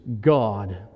God